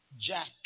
Jack